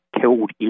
killed